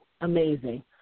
Amazing